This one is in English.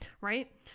right